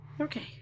okay